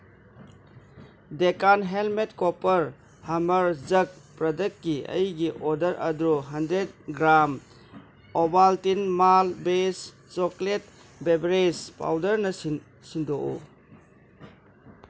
ꯗꯦꯀꯥꯟꯗ ꯍꯦꯟꯃꯦꯗ ꯀꯣꯄꯔ ꯍꯃꯔ ꯖꯒ ꯄ꯭ꯔꯗꯛꯀꯤ ꯑꯩꯒꯤ ꯑꯣꯔꯗꯔ ꯑꯗꯨ hundred gram Ovaltine malt base chocolate beverages ꯄꯥꯎꯗꯔꯅ ꯁꯤꯟꯗꯣꯛꯎ ꯁꯤꯟꯗꯣꯛꯎ